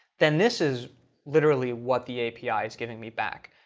then this is literally what the api is giving me back.